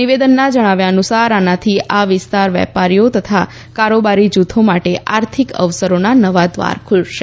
નિવેદનના જણાવ્યા અનુસાર આનાથી આ વિસ્તારના વેપારીઓ તથા કારોબારી જૂથો માટે આર્થિક અવસરોના નવા દ્વાર ખુલશે